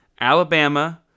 Alabama